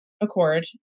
accord